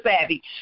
savvy